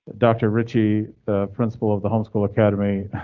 doctor ritchie, the principle of the home school academy,